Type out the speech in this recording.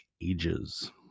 ages